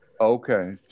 okay